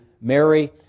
Mary